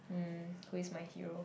hmm who is my hero